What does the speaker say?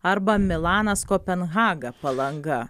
arba milanas kopenhaga palanga